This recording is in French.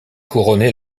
couronné